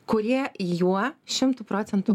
kurie juo šimtu procentų